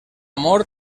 mort